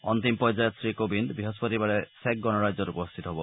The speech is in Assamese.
অন্তিম পৰ্যয়ত শ্ৰীকোবিন্দ বৃহস্পতিবাৰে চেক গণৰাজ্যত উপস্থিত হ'ব